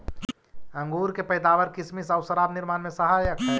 अंगूर के पैदावार किसमिस आउ शराब निर्माण में सहायक हइ